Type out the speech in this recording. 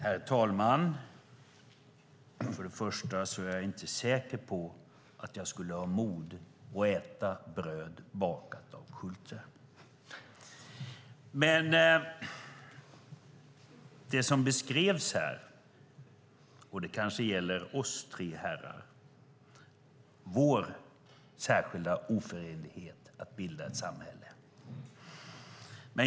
Herr talman! För det första är jag inte säker på att jag skulle ha mod att äta bröd bakat av Fredrik Schulte. Det som beskrevs här, och det kanske gäller oss tre herrar, är vår särskilda oförenlighet att bilda ett samhälle.